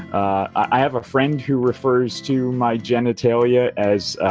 i have a friend who refers to my genitalia as!